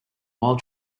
while